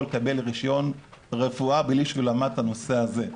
לקבל רישיון רפואה בלי שהוא למד את הנושא הזה.